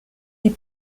des